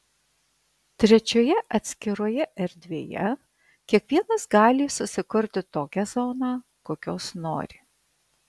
trečioje atskiroje erdvėje kiekvienas gali susikurti tokią zoną kokios nori